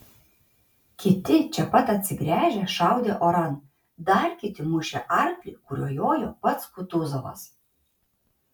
kiti čia pat atsigręžę šaudė oran dar kiti mušė arklį kuriuo jojo pats kutuzovas